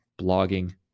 blogging